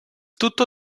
tutto